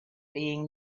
being